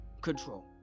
control